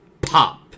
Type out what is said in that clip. POP